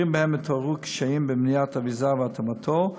במקרים שמתעוררים קשיים בבניית האביזר והתאמתו,